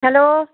hello